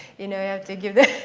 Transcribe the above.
you know you have to give that